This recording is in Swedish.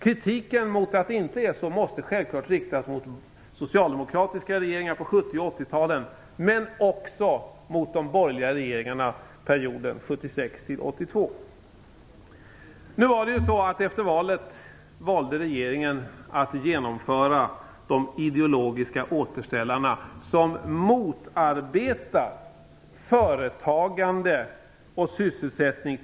Kritiken måste självfallet riktas mot socialdemokratiska regeringar under 70 och 80-talen men också mot de borgerliga under deras regeringsperiod 1976 Efter valet valde regeringen att tillsammans med Vänsterpartiet och Gudrun Schyman genomföra de ideologiska återställarna, som motarbetar företagande och sysselsättning.